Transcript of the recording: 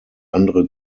andere